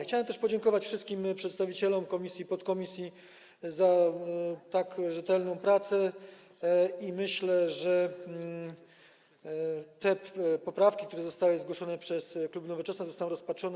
Chciałbym też podziękować wszystkim przedstawicielom komisji, podkomisji za tak rzetelną pracę i myślę, że te poprawki, które zostały zgłoszone przez klub Nowoczesna, zostaną rozpatrzone.